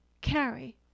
carry